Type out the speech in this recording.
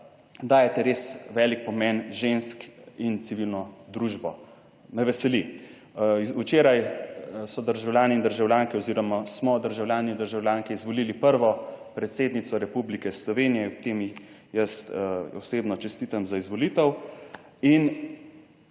dajete res velik pomen žensk in civilno družbo, me veseli. Včeraj so državljani in državljanke oziroma smo državljani in državljanke izvolili prvo predsednico Republike Slovenije, ob tem ji jaz osebno čestitam za izvolitev